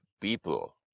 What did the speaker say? people